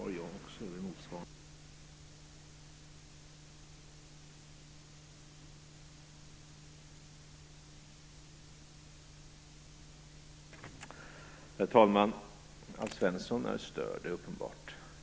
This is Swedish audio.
Herr talman! Det är uppenbart att Alf Svensson är störd.